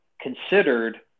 considered